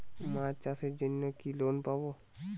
মাছ চাষের জন্য কি লোন পাব?